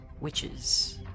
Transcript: witches